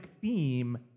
theme